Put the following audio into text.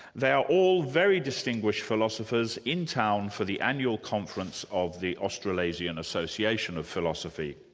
they're all very distinguished philosophers, in town for the annual conference of the australasian association of philosophy.